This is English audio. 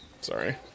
Sorry